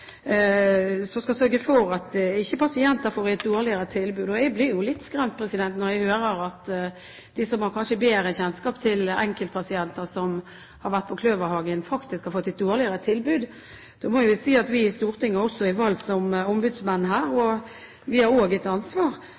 som skal sørge for at ikke pasienter får et dårligere tilbud. Jeg blir jo litt skremt når jeg hører fra dem som kanskje har bedre kjennskap til dette, at enkeltpasienter som har vært på Kløverhagen, faktisk har fått et dårligere tilbud. Jeg må vel si at vi i Stortinget også er valgt som ombudsmenn, og at vi har et overordnet ansvar